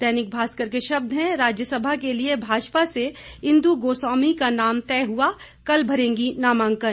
दैनिक भास्कर के शब्द हैं राज्यसभा के लिए भाजपा से इंद् गोस्वामी का नाम तय हुआ कल भरेंगी नामांकन